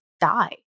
die